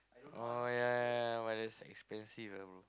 oh ya ya ya but that's expensive bro